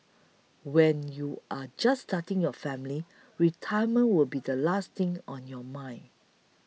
when you are just starting your family retirement will be the last thing on your mind